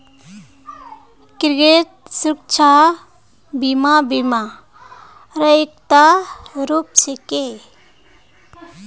credit सुरक्षा बीमा बीमा र एकता रूप छिके